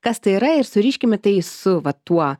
kas tai yra ir suriškime tai su va tuo